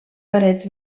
parets